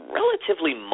relatively